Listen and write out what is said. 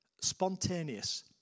Spontaneous